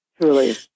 Truly